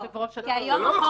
זה לא אוטומטי.